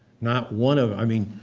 not one of i mean,